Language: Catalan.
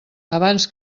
abans